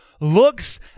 looks